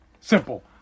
Simple